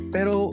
Pero